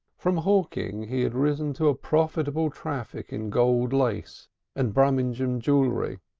from hawking he had risen to a profitable traffic in gold lace and brummagem jewelry,